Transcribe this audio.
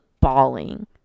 bawling